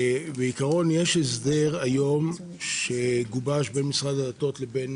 בעיקרון יש הסדר שגובש בין משרד הדתות לבין